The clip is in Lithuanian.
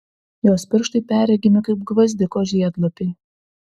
jos pirštai perregimi kaip gvazdiko žiedlapiai